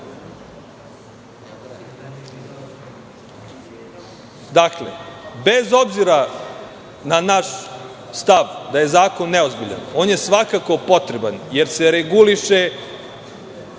godišnje. Bez obzira na naš stav da je zakon neozbiljan, on je svakako potreban, jer se reguliše